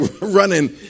running